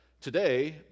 today